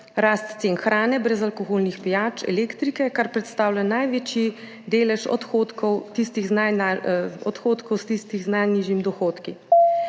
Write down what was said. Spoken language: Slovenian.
rast cen hrane, brezalkoholnih pijač, elektrike, kar predstavlja največji delež odhodkov tistih z najnižjimi dohodki.